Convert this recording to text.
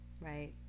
right